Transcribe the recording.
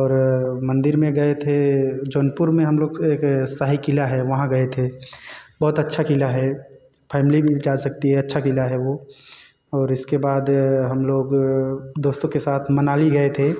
और मंदिर में गए थे जौनपुर में हम लोग का एक शाही किला है वहाँ गए थे बहुत अच्छा किला है फैमली भी जा सकती है अच्छा किला है वह और इसके बाद हम लोग दोस्तों के साथ मनाली गए थे